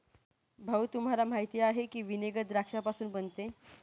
भाऊ, तुम्हाला माहीत आहे की व्हिनेगर द्राक्षापासून बनते